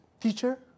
teacher